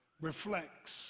reflects